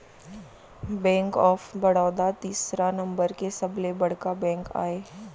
bank of Baroda तीसरा number के सबले बड़का बेंक आय